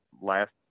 last